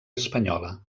espanyola